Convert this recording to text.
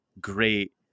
great